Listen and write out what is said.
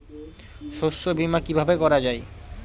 শস্য বীমা কিভাবে করা যায়?